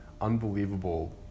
unbelievable